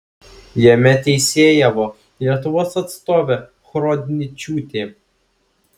jame teisėjavo lietuvos atstovė horodničiūtė